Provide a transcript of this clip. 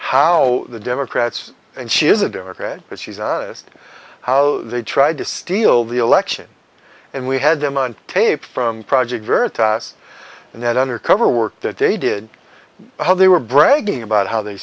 how the democrats and she is a democrat because she's honest how they tried to steal the election and we had them on tape from project veritas and that undercover work that they did how they were bragging about how they